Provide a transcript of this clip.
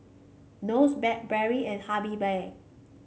Nose Blackberry and Habibie